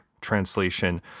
translation